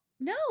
No